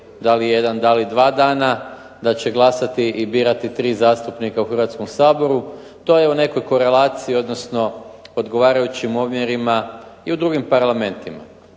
da li jedan, da li dva dana, da će glasati i birati tri zastupnika u Hrvatskom saboru. To je u nekoj korelaciji odnosno odgovarajućim omjerima i u drugim parlamentima,